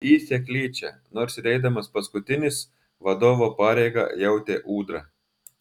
į seklyčią nors ir eidamas paskutinis vadovo pareigą jautė ūdra